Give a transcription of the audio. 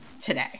today